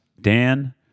Dan